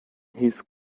his